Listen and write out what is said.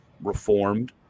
reformed